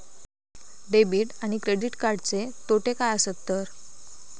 Debit आणि credit कार्डचे तोटे काय आसत तर?